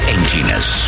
Emptiness